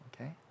Okay